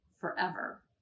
forever